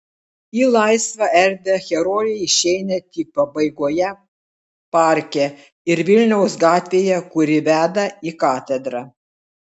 į laisvą erdvę herojai išeina tik pabaigoje parke ir vilniaus gatvėje kuri veda į katedrą